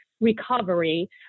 recovery